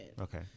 Okay